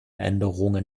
änderungen